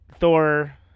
Thor